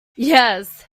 yes